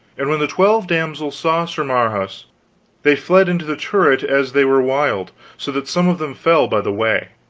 and when the twelve damsels saw sir marhaus they fled into the turret as they were wild, so that some of them fell by the way.